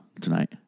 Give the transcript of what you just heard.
tonight